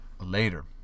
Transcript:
later